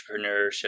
entrepreneurship